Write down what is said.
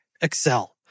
Excel